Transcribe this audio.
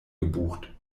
gebucht